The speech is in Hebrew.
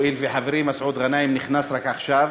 הואיל וחברי מסעוד גנאים נכנס רק עכשיו,